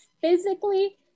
physically